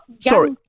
sorry